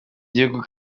gihugu